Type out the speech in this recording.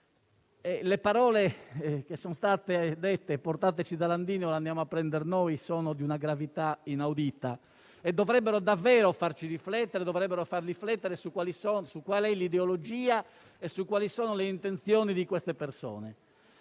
Le parole che sono state dette "portateci da Landini o lo andiamo a prendere noi" sono di una gravità inaudita e dovrebbero davvero farci riflettere su qual è l'ideologia e su quali sono le intenzioni di queste persone.